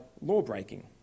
law-breaking